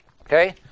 okay